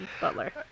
butler